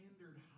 standard